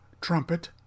trumpet